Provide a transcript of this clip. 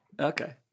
Okay